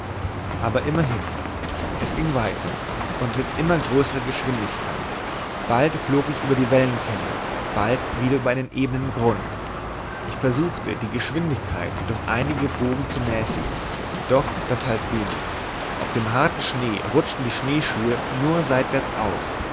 aber immerhin es ging weiter und mit immer größerer geschwindigkeit bald flog ich über wellenkämme bald wieder über ebenen grund ich versuchte die geschwindigkeit durch einige bogen zu mäßigen doch das half wenig auf dem harten schnee rutschten die schneeschuhe nur seitwärts aus